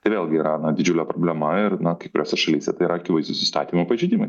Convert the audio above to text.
tai vėlgi yra na didžiulė problema ir na kai kuriose šalyse tai yra akivaizdūs įstatymo pažeidimai